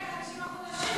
חכה, רק שבעה חודשים.